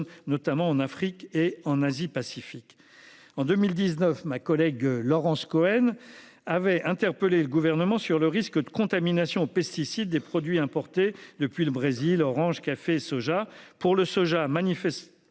notamment en Afrique et en Asie Pacifique. En 2019, ma collègue Laurence Cohen avait interpellé le gouvernement sur le risque de contamination aux pesticides des produits importés depuis le Brésil orange café soja